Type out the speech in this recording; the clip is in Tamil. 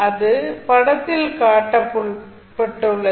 இது படத்தில் காட்டப்பட்டுள்ளது